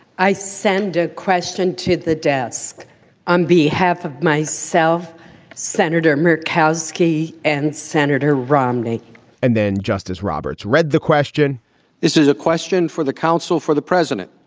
i send a question to the desk on behalf of myself senator murkowski and senator romney and then justice roberts read the question. this is a question for the counsel for the president.